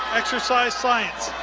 exercise science.